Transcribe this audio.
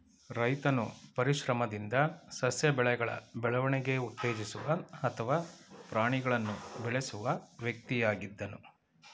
ರೈತನು ಪರಿಶ್ರಮದಿಂದ ಸಸ್ಯ ಬೆಳೆಗಳ ಬೆಳವಣಿಗೆ ಉತ್ತೇಜಿಸುವ ಅಥವಾ ಪ್ರಾಣಿಗಳನ್ನು ಬೆಳೆಸುವ ವ್ಯಕ್ತಿಯಾಗಿದ್ದನು